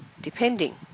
depending